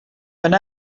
when